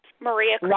Maria